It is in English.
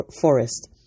forest